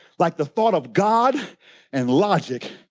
like the thought of god and logic,